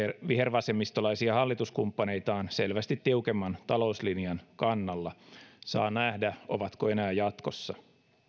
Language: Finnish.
vihervasemmistolaisia hallituskumppaneitaan selvästi tiukemman talouslinjan kannalla saa nähdä ovatko enää jatkossa